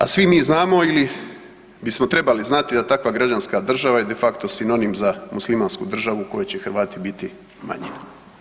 A svi mi znamo ili bismo trebali znati da takva građanska država je de facto sinonim za muslimansku državu u kojoj će Hrvati biti manjina.